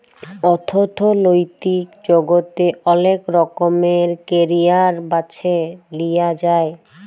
অথ্থলৈতিক জগতে অলেক রকমের ক্যারিয়ার বাছে লিঁয়া যায়